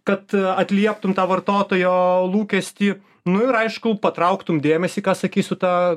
kad atlieptum tą vartotojo lūkestį nu ir aišku patrauktum dėmesį ką sakysiu tą